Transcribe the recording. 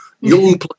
Young